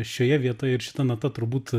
šioje vietoj ir šita nata turbūt